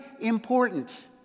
important